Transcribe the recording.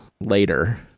later